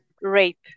rape